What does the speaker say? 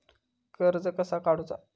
कर्ज कसा काडूचा?